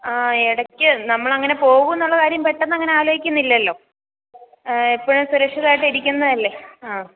ആ ഇടക്ക് നമ്മൾ അങ്ങനെ പോകുന്നുള്ള കാര്യം പെട്ടെന്ന് അങ്ങനെ ആലോചിക്കുന്നില്ലല്ലോ എപ്പോഴും സുരക്ഷിതരായിട്ടിരിക്കുന്നതല്ലേ ആ